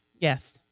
Yes